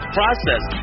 process